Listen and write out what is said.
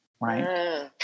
right